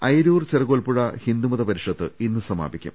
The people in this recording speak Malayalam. അയിരൂർ ചെറുകോൽപ്പുഴ ഹിന്ദുമത പരിഷത് ഇന്ന് സമാ പിക്കും